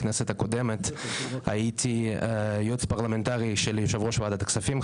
בכנסת הקודמת הייתי יועץ פרלמנטרי של יושב-ראש ועדת הכספים,